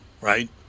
right